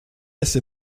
assez